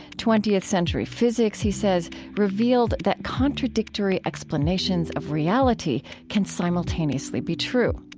twentieth-century physics, he says, revealed that contradictory explanations of reality can simultaneously be true.